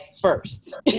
first